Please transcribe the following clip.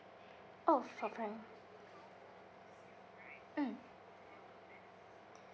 oh for mm